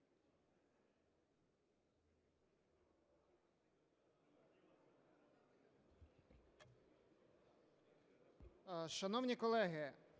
Шановні колеги,